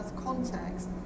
context